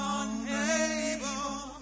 unable